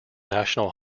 national